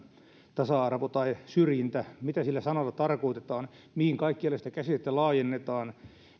tasa arvo tai syrjintä mitä sillä sanalla tarkoitetaan mihin kaikkialle sitä käsitettä laajennetaan